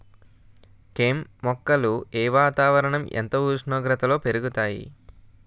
కెమ్ మొక్కలు ఏ వాతావరణం ఎంత ఉష్ణోగ్రతలో పెరుగుతాయి?